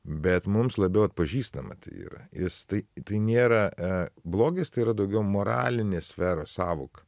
bet mums labiau atpažįstam tai yra jis tai nėra blogis tai yra daugiau moralinės sferos sąvoka